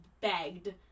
begged